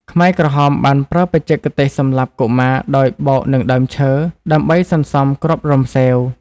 ខ្មែរក្រហមបានប្រើបច្ចេកទេសសម្លាប់កុមារដោយបោកនឹងដើមឈើ ដើម្បីសន្សំគ្រាប់រំសេវ។